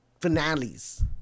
finales